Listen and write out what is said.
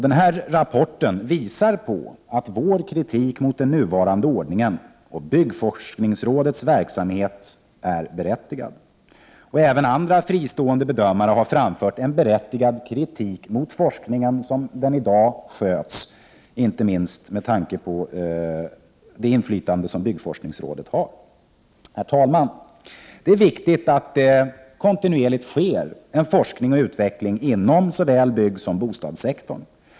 Denna rapport visar på att vår kritik mot den nuvarande ordningen och byggforskningsrådets verksamhet är berättigad. Även andra fristående bedömare har framfört en berättigad kritik mot forskningen som den i dag sköts, inte minst med tanke på det inflytande som byggforskningsrådet har. Herr talman! Det är viktigt att det kontinuerligt sker en forskning och utveckling inom såväl byggsom bostadssektorn.